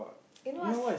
you know what's